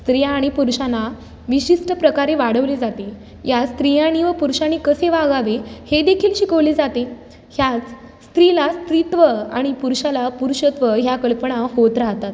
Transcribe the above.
स्त्रिया आणि पुरुषांना विशिस्ट प्रकारे वाढवली जाते या स्त्रियांनी व पुरुषांनी कसे वागावे हे देखील शिकवले जाते ह्याच स्त्रीला स्त्रीत्व आणि पुरुषाला पुरुषत्व ह्या कल्पना होत राहतात